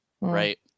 right